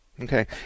Okay